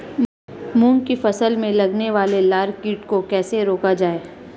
मूंग की फसल में लगने वाले लार कीट को कैसे रोका जाए?